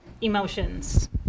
emotions